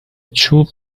چوب